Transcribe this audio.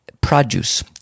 produce